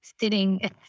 sitting